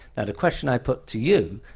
and question i put to you